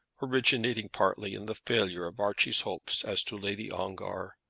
originating partly in the failure of archie's hopes as to lady ongar,